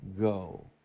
go